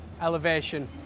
elevation